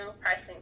pricing